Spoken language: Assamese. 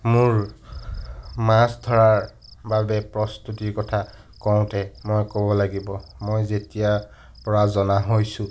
মোৰ মাছ ধৰাৰ বাবে প্ৰস্তুতিৰ কথা কওঁতে মই ক'ব লাগিব মই যেতিয়াৰ পৰা জনা হৈছোঁ